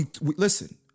listen